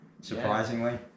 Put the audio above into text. surprisingly